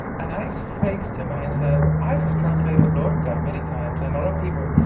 and i face him, and i said, i've translated lorca many times, and other people.